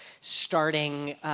starting